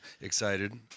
excited